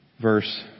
verse